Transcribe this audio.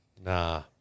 Nah